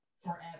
forever